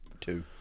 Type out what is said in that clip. two